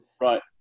Right